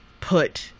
put